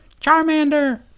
Charmander